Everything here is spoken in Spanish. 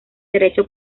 derecho